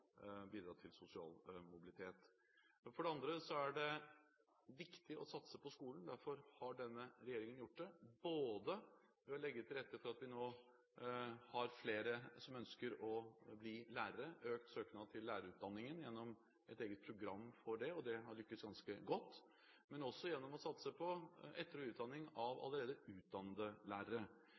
bidra til sosial mobilitet. For det andre er det viktig å satse på skolen. Derfor har denne regjeringen gjort det, både ved å legge til rette for at det nå er flere som ønsker å bli lærere – det er økt søkning til lærerutdanningen gjennom et eget program for det, og det har lyktes ganske godt – og gjennom å satse på etter- og videreutdanning av allerede utdannede lærere.